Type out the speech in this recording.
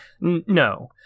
No